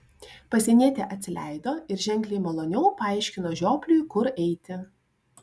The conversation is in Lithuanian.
pasienietė atsileido ir ženkliai maloniau paaiškino žiopliui kur eiti